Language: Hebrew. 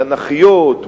תנ"כיות,